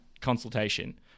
consultation